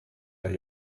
der